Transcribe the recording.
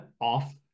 off